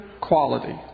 quality